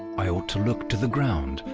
i ought to look to the ground,